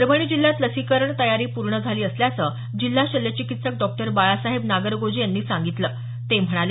परभणी जिल्ह्यात लसीकरण तयारी पूर्ण झाली असल्याचं जिल्हा शल्यचिकित्सक डॉ बाळासाहेब नागरगोजे यांनी सांगितलं ते म्हणाले